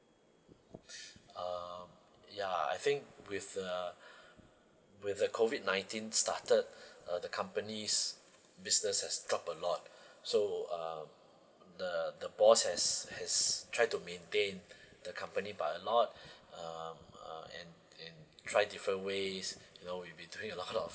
uh ya I think with the with the COVID nineteen started uh the company's business has dropped a lot so err the the boss has has tried to maintain the company by a lot uh um and and tried different ways you know we've been doing a lot of